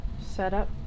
setup